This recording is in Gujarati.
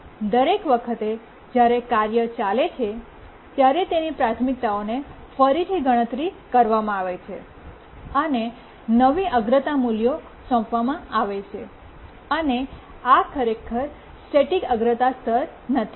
દરેક વખતે જ્યારે કાર્ય ચાલે છે ત્યારે તેની પ્રાથમિકતાઓને ફરીથી ગણતરી કરવામાં આવે છે અને નવી અગ્રતા મૂલ્યો સોંપવામાં આવે છે અને આ ખરેખર સ્ટેટિક અગ્રતા સ્તર નથી